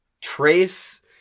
Trace